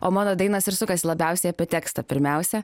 o mano dainos ir sukasi labiausiai apie tekstą pirmiausia